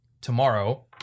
tomorrow